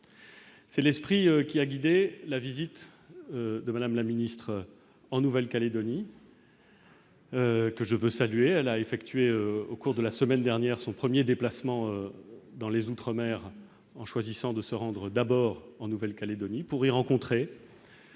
c'est l'esprit qui a guidé la visite de Madame la Ministre, en Nouvelle-Calédonie. Que je veux saluer à la effectué au cours de la semaine dernière son 1er déplacement dans les outre-mer, en choisissant de se rendre d'abord en Nouvelle-Calédonie pour y rencontrer.